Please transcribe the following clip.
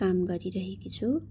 काम गरिरहेकी छु